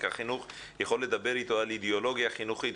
החינוך יכול לדבר איתו על אידיאולוגיה חינוכית,